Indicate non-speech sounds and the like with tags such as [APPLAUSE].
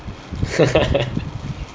[LAUGHS]